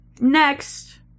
Next